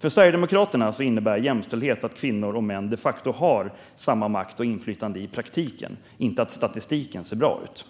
För Sverigedemokraterna innebär jämställdhet att kvinnor och män de facto har samma makt och inflytande i praktiken, inte att statistiken ser bra ut.